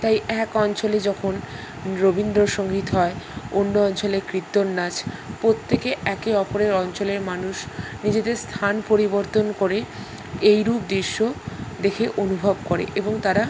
তাই এক অঞ্চলে যখন রবীন্দ্রসঙ্গীত হয় অন্য অঞ্চলে কীর্তন নাচ প্রত্যেকে একে অপরের অঞ্চলের মানুষ নিজেদের স্থান পরিবর্তন করে এই রূপ দৃশ্য দেখে অনুভব করে এবং তারা